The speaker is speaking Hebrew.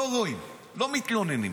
לא רואים, לא מתלוננים.